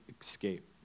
escape